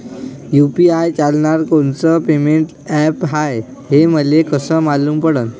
UPI चालणारं कोनचं payment app हाय, हे मले कस मालूम पडन?